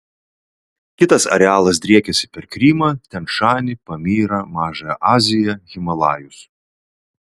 kitas arealas driekiasi per krymą tian šanį pamyrą mažąją aziją himalajus